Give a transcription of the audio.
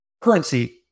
currency